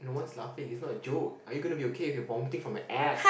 no one's laughing it's not a joke are you gonna be okay if you're vomiting from the ass